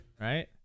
right